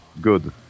Good